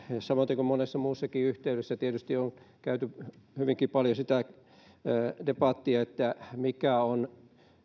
samaten kuin monessa muussakin yhteydessä tietysti on käyty hyvinkin paljon debattia siitä mikä on